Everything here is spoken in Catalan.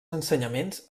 ensenyaments